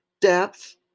depth